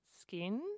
skin